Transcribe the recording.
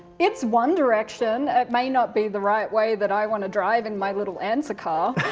it's one direction. it may not be the right way that i want to drive in my little answer car.